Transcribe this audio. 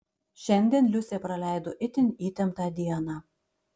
šiandien liusė praleido itin įtemptą dieną